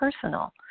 personal